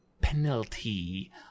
penalty